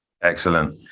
Excellent